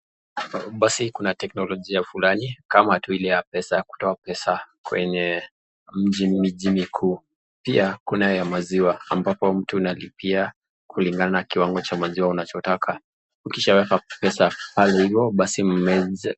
Basi Kuna teknolojia fulani kama tu Ile ya kutoa pesa kwenye mji mkuu pia Kuna ya maziwa ambapo analipia kulingana na kiwango ya maziwa unachotaka ukishaweka pesa pale hivo basi uweke.